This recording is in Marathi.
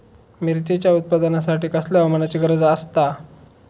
मिरचीच्या उत्पादनासाठी कसल्या हवामानाची गरज आसता?